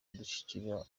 kudushyigikira